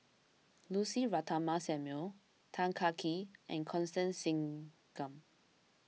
Lucy Ratnammah Samuel Tan Kah Kee and Constance Singam